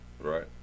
right